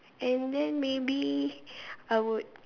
and then maybe I would